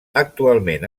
actualment